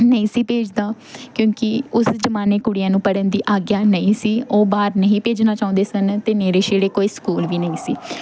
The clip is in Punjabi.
ਨਹੀਂ ਸੀ ਭੇਜਦਾ ਕਿਉਂਕਿ ਉਸ ਜ਼ਮਾਨੇ ਕੁੜੀਆਂ ਨੂੰ ਪੜ੍ਹਨ ਦੀ ਆਗਿਆ ਨਹੀਂ ਸੀ ਉਹ ਬਾਹਰ ਨਹੀਂ ਭੇਜਣਾ ਚਾਹੁੰਦੇ ਸਨ ਅਤੇ ਨੇੜੇ ਛੇੜੇ ਕੋਈ ਸਕੂਲ ਵੀ ਨਹੀਂ ਸੀ